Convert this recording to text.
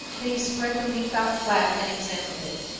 then he spread the leaf out flat and examined it.